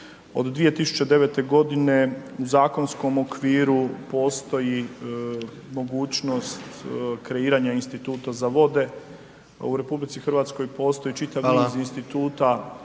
Od 2009. godine u zakonskom okviru postoji mogućnost kreiranja instituta za vode, u RH postoji čitav niz …/Upadica: